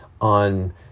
on